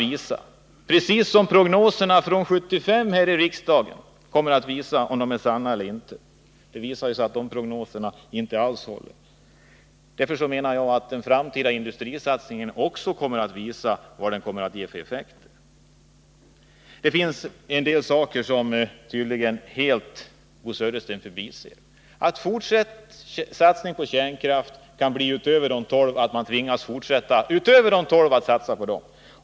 Så har ju varit fallet med prognoserna från 1975 här i riksdagen. Det har ju visat sig att dessa prognoser inte alls håller. Därför menar jag att framtiden också kommer att visa vilka effekterna blir av industrisatsningen. Bo Södersten förbiser tydligen helt en del saker — att man tvingas till fortsatt satsning på kärnkraft utöver de tolv aggregaten.